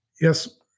yes